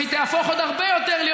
והיא תהפוך עוד הרבה יותר להיות,